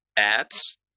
ads